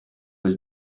was